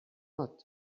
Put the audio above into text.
not